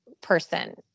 person